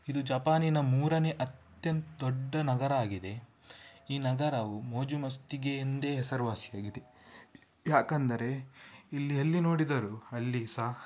ಇದು ಜಪಾನಿನ ಮೂರನೇ ಅತ್ಯಂತ ದೊಡ್ಡ ನಗರ ಆಗಿದೆ ಈ ನಗರವು ಮೋಜುಮಸ್ತಿಗೆ ಎಂದೇ ಹೆಸರುವಾಸಿಯಾಗಿದೆ ಯಾಕಂದರೆ ಇಲ್ಲಿ ಎಲ್ಲಿ ನೋಡಿದರೂ ಅಲ್ಲಿ ಸಹ